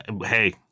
Hey